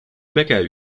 bäcker